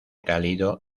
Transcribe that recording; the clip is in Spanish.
cálido